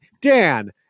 Dan